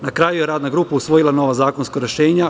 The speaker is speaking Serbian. Na kraju je radna grupa usvojila novo zakonsko rešenje.